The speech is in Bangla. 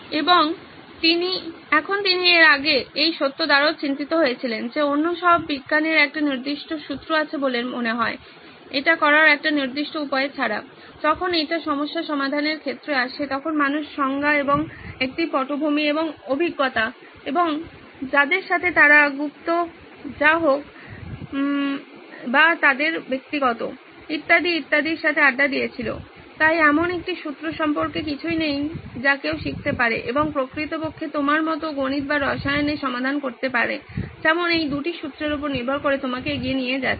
এবং এখন তিনি এর আগে এই সত্য দ্বারাও চিন্তিত হয়েছিলেন যে অন্য সব বিজ্ঞানের একটা নির্দিষ্ট সূত্র আছে বলে মনে হয় এটি করার একটা নির্দিষ্ট উপায় ছাড়া যখন এটি সমস্যা সমাধানের ক্ষেত্রে আসে তখন মানুষ স্বজ্ঞা এবং একটি পটভূমি এবং অভিজ্ঞতা এবং এবং যাদের সাথে তারা গুপ্ত যা হোক বা তাদের ব্যক্তিগত ইত্যাদি ইত্যাদির সাথে আড্ডা দিয়েছিল তাই এমন একটি সূত্র সম্পর্কে কিছুই নেই যা কেউ শিখতে পারে এবং প্রকৃতপক্ষে আপনার মত গণিত বা রসায়নে সমাধান করতে পারে যেমন এই দুটি সূত্রের উপর নির্ভর করে আপনাকে এগিয়ে নিয়ে যাচ্ছে